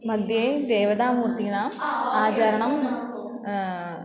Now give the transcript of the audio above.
मध्ये देवतामूर्तीनाम् आचरणं